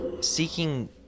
seeking